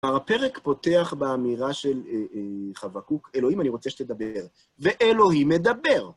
הפרק פותח באמירה של חבקוק: אלוהים, אני רוצה שתדבר. ואלוהים מדבר!